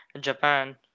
Japan